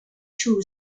two